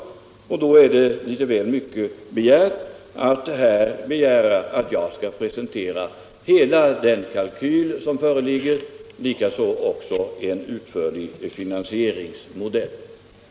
Därför är det lite väl mycket begärt att jag nu skall presentera en färdig kalkyl, liksom en utförlig finansieringsmodell.